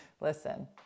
Listen